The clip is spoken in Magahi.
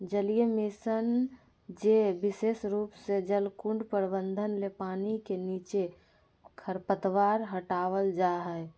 जलीय मशीन जे विशेष रूप से जलकुंड प्रबंधन ले पानी के नीचे खरपतवार हटावल जा हई